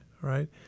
right